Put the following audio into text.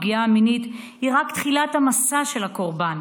הפגיעה המינית היא רק תחילת המסע של הקורבן,